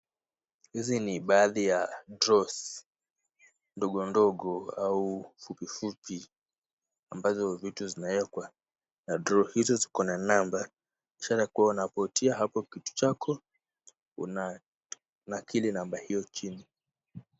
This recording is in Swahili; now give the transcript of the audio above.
Hizi ni baadhi ya drawers ndogo ndogo au fupi fupi ambazo vitu zinawekwa. Drawers hizo ziko na namba ishara kuwa unapotia hapo kitu chako una nakili namba hio chini.